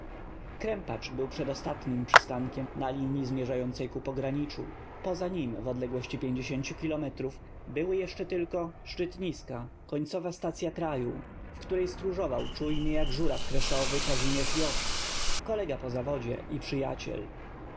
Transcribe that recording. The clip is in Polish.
krępacz był przedostatnim przystankiem na linii zmierzającej ku pograniczu poza nim w odległości pięciu kilometrów były jeszcze tylko szczytniska końcow a stacya kraju w której stró żow ał czujny jak żóraw kresow y kazimierz joszt kolega po zaw odzie i przyjaciel